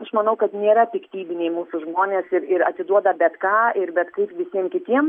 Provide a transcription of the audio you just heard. aš manau kad nėra piktybiniai mūsų žmonės ir ir atiduoda bet ką ir bet kaip visiem kitiem